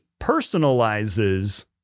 personalizes